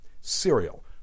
Cereal